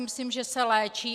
Myslím si, že se léčí.